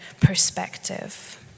perspective